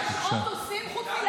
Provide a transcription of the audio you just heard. ואצל אישה זאת תהיה חולשה.